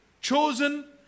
chosen